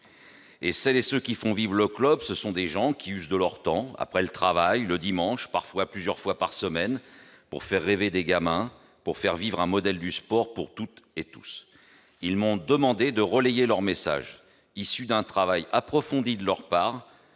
et celles et ceux qui font vivre le club ce sont des gens qui usent de leur temps, après le travail le dimanche, parfois plusieurs fois par semaine pour faire rêver des gamins pour faire vivre un modèle du sport pour toutes et tous, ils m'ont demandé de relayer leur message issu d'un travail approfondi de leur part